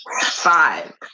Five